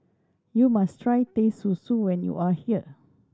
you must try Teh Susu when you are here